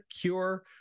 cure